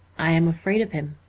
i am afraid of him.